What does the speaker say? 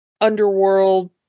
underworld